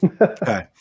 Okay